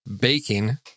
baking